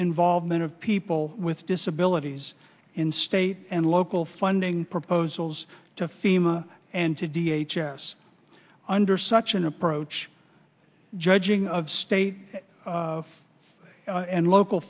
involvement of people with disabilities in state and local funding proposals to fema and to d h s s under such an approach judging of state and local